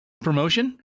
promotion